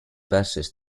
passes